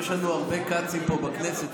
יש לנו הרבה כצים פה בכנסת,